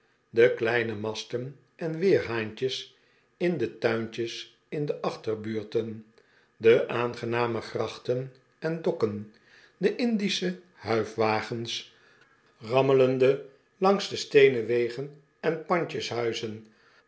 de kleine masten en weerhaantjes in de tuintjes in de achterbuurten de aangename grachten en dokken de indische huifwagens rammelende langs de steenen wegen en